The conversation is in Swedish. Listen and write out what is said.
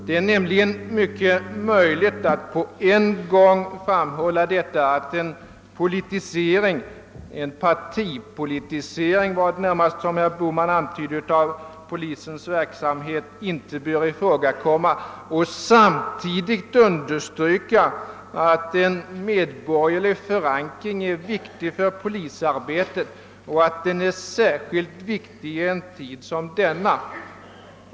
Det är nämligen mycket möjligt att på en gång framhålla att en politisering — herr Bohman antydde att det var en partipolitisering — av polisens verksamhet inte får ifråga komma och samtidigt understryka att en medborgerlig förankring är viktig för polisarbetet och att den är särskilt viktig i en tid som denna.